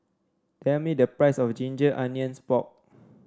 tell me the price of Ginger Onions Pork